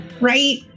Right